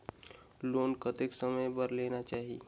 Loan कतेक समय बर लेना चाही?